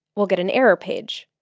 we'll get an error page.